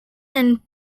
and